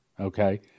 okay